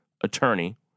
Attorney